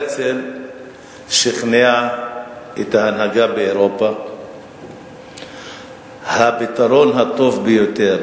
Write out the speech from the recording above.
הרצל שכנע את ההנהגה באירופה שהפתרון הטוב ביותר